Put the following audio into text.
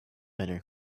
better